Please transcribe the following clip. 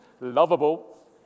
lovable